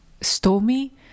stormy